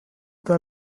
der